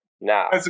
Now